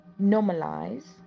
normalize